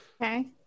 okay